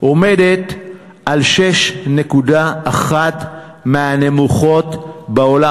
עומדת על 6.1% מהנמוכות בעולם.